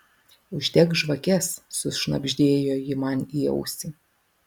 uždek žvakes sušnabždėjo ji man į ausį